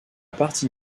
partie